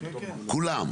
כולן.